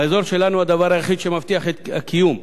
באזור שלנו הדבר היחיד שמבטיח את הקיום,